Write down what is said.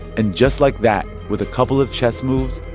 and just like that, with a couple of chess moves,